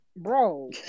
bro